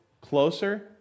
closer